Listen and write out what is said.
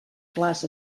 clars